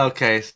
Okay